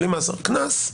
בלי מאסר קנס.